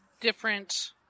different